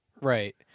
Right